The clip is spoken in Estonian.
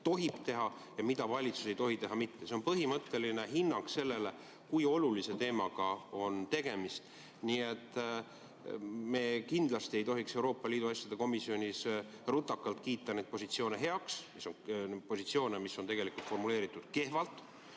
tohib teha ja mida valitsus ei tohi teha. See on põhimõtteline hinnang sellele, kui olulise teemaga on tegemist. Nii et me kindlasti ei tohiks Euroopa Liidu asjade komisjonis rutakalt kiita neid positsioone heaks – positsioone, mis on tegelikult formuleeritud kehvalt